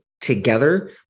together